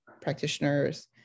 practitioners